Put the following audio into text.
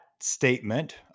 statement